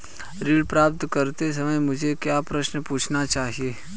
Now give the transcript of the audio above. ऋण प्राप्त करते समय मुझे क्या प्रश्न पूछने चाहिए?